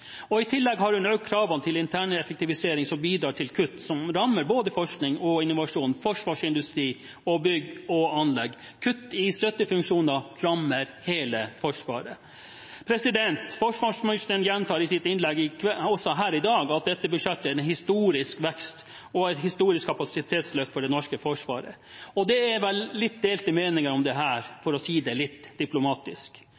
lavt. I tillegg har hun økt kravene til interneffektivisering, som bidrar til kutt som rammer både forskning og innovasjon, forsvarsindustri og bygg og anlegg. Kutt i støttefunksjoner rammer hele Forsvaret. Forsvarsministeren gjentar i sitt innlegg her i dag at dette budsjettet er en historisk vekst og et historisk kapasitetsløft for det norske forsvaret. Det er vel litt delte meninger om dette, for å si det